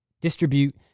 distribute